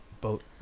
boat